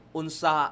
unsa